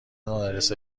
آدرس